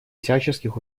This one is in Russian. всяческих